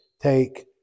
take